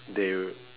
they